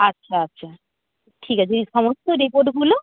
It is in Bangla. আচ্ছা আচ্ছা ঠিক আছে ওই সমস্ত রিপোর্টগুলো